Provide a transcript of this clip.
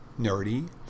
Nerdy